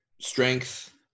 strength